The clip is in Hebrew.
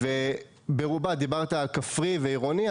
ודיברת על כפרי ועירוני,